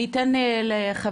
אני אתן לחברי,